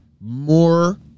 more